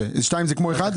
לא כמו 1. 2 זה כמו 1?